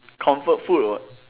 comfort food [what]